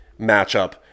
matchup